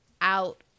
out